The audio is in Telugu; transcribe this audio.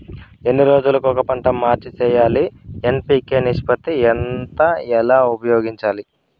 ఎన్ని రోజులు కొక పంట మార్చి సేయాలి ఎన్.పి.కె నిష్పత్తి ఎంత ఎలా ఉపయోగించాలి?